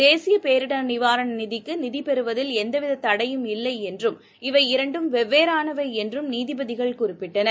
தேசியபேரிடர் நிவாரணநிதிக்கு நிதிபெறுவதில் எந்தவிததடையும் இல்லைஎன்றும் இவை இரண்டும் வெவ்வேறானவைஎன்றும் நீதிபதிகள் குறிப்பிட்டனர்